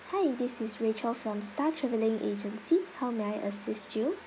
hi this is rachel from star travelling agency how may I assist you